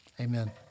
Amen